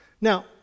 Now